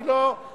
אני לא מחכה.